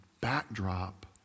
backdrop